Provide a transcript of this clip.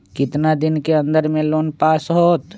कितना दिन के अन्दर में लोन पास होत?